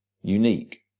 unique